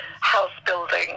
house-building